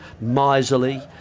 miserly